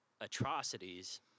atrocities